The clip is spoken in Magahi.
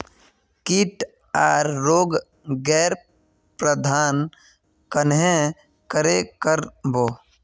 किट आर रोग गैर प्रबंधन कन्हे करे कर बो?